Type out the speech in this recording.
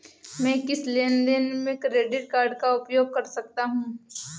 मैं किस लेनदेन में क्रेडिट कार्ड का उपयोग कर सकता हूं?